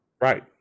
Right